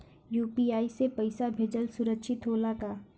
UPI से पैसा भेजल सुरक्षित होला का?